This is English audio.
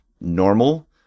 normal